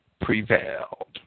prevailed